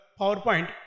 PowerPoint